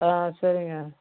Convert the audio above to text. ஆ சரிங்க